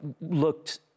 looked